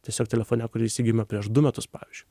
tiesiog telefone kurį įsigijome prieš du metus pavyzdžiui